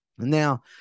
Now